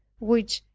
which,